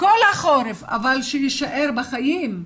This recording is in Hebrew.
כל החורף אבל שיישאר בחיים,